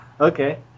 Okay